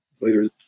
later